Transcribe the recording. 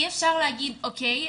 אי-אפשר להגיד, אוקיי.